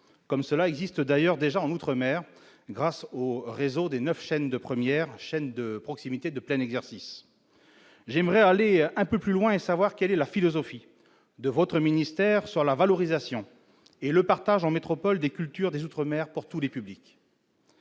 de ce qui existe déjà en outre-mer grâce aux neuf chaînes du réseau Outre-Mer 1, chaînes de proximité de plein exercice. J'aimerais aller un peu plus loin et connaître la philosophie de votre ministère sur la valorisation et le partage en métropole des cultures des outre-mer pour tous les publics.